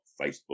Facebook